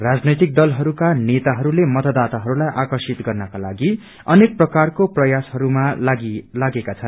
राजनैतिक दलहरूका नेताहरूले मतदाताहरूलाई आकर्षित गर्नका लागि अनेक प्रकारको प्रयासहरूमा लागेका छन्